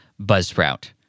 buzzsprout